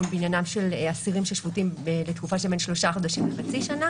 בעניינם של האסירים ששפוטים לתקופה שבין 3 חודשים לחצי שנה